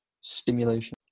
stimulation